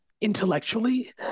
intellectually